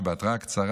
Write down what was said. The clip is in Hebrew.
שבהתראה קצרה,